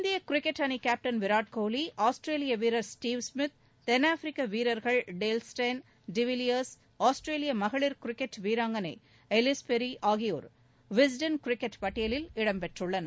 இந்திய கிரிக்கெட் அணி கேப்டன் விராட் கோலி ஆஸ்திரேலிய வீரர் ஸ்டீவ் ஸ்மித் தென்னாப்பிரிக்க வீரர்கள் டேல் ஸ்டெய்ன் டிவில்லியர்ஸ் ஆஸ்திரேலிய மகளிர் கிரிக்கெட் வீராங்களை எல்லிஸ் பெரி ஆகியோர் விஸ்டன் கிரிக்கெட் பட்டியலில் இடம்பெற்றுள்ளனர்